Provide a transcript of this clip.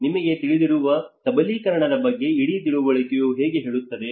ನಿಮಗೆ ತಿಳಿದಿರುವ ಸಬಲೀಕರಣದ ಬಗ್ಗೆ ಇಡೀ ತಿಳುವಳಿಕೆಯು ಹೇಗೆ ಹೇಳುತ್ತದೆ